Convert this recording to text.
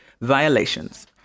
violations